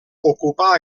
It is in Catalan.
ocupà